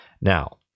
Now